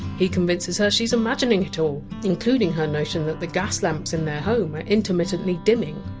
he convinces her she is imagining it all, including her notion that the gas lights in their home are intermittently dimming.